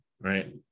right